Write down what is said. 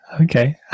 Okay